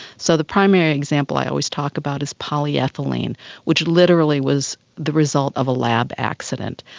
so the primary example i always talk about is polyethylene which literally was the result of a lab accident.